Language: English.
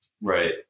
Right